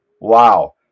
Wow